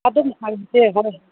ꯑꯗꯨꯝ ꯍꯥꯏꯁꯦ ꯍꯣꯏ